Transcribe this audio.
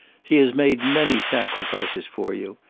he has made many sacrifices for you.